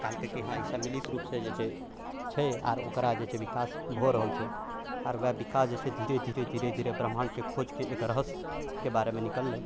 कहलकै कि हँ ई सम्मिलित रूपसँ जे छै से छै आओर ओकरा जे छै विकास भऽ रहल छै आर उएह विकास जे छै धीरे धीरे धीरे ब्रह्माण्डके खोजके रहस्यके बारेमे निकललै